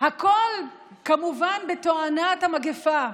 הכול כמובן בתואנת המגפה.